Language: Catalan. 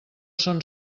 són